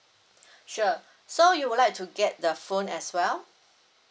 sure so you would like to get the phone as well